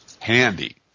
handy